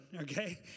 okay